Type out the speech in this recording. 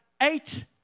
eight